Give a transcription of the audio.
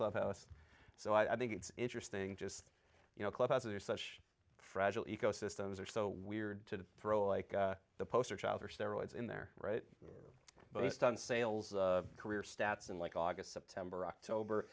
clubhouse so i think it's interesting just you know clubs are such fragile ecosystems are so weird to throw away the poster child for steroids in their right but it's done sales career stats and like august september october